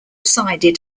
sided